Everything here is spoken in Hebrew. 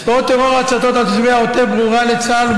השפעת טרור ההצתות על תושבי העוטף ברורה לצה"ל,